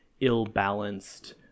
ill-balanced